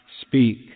speak